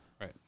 right